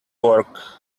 work